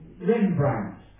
Rembrandt